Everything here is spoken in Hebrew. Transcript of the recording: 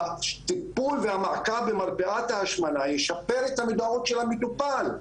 הטיפול והמעקב במרפאת ההשמנה ישפר את המודעות של המטופל.